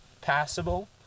passable